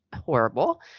horrible